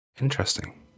Interesting